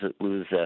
lose